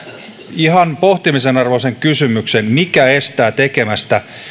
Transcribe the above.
ihan pohtimisen arvoisen kysymyksen mikä estää tekemästä